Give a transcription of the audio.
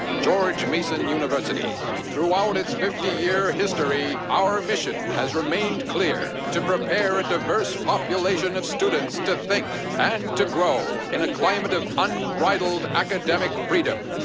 george mason university throughout its fifty year history, our mission has remained clear to prepare a diverse population of students to think and to grow in a climate of unbridled academic freedom.